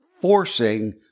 forcing